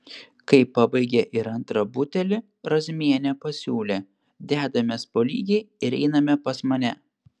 kai pabaigė ir antrą butelį razmienė pasiūlė dedamės po lygiai ir einame pas mane